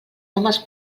homes